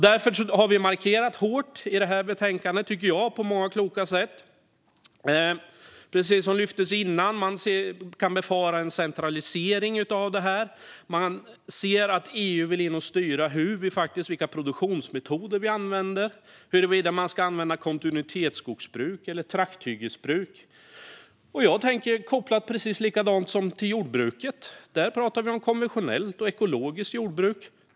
Därför har vi markerat hårt i detta betänkande på många kloka sätt. Precis som lyftes fram här tidigare kan man befara en centralisering av detta. Man ser att EU vill in och styra vilka produktionsmetoder vi använder och huruvida man ska använda kontinuitetsskogsbruk eller trakthyggesbruk. Jag tänker precis som när det gäller jordbruket. Där pratar vi om konventionellt och ekologiskt jordbruk.